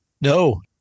No